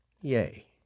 Yay